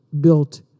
built